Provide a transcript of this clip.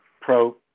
pro